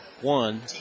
One